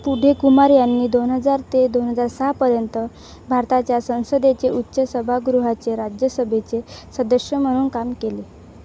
पुढे कुमार यांनी दोन हजार ते दोन हजार सहापर्यंत भारताच्या संसदेचे उच्च सभागृहाचे राज्यसभेचे सदस्य म्हणून काम केले